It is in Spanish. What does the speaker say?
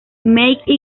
make